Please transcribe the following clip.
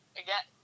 again